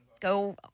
go